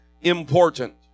important